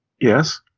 Yes